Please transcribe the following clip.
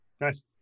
nice